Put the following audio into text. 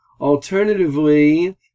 Alternatively